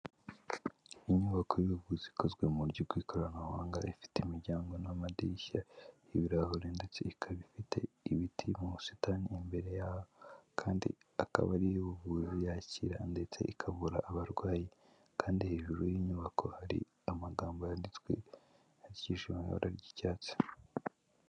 Inyubako y'ubuvuzi ikozwe mu buryo bw'ikoranabuhanga, ifite imiryango n'amadirishya y'ibirahure ndetse ikaba ifite ibiti mu busitani imbere yaho kandi akaba ari iy'ubuvuzi yakira ndetse ikavura abarwayi kandi hejuru y'inyubako hari amagambo yanditse, yandikishijwe mu ibara ry'icyatsi.